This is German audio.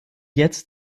jetzt